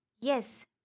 Yes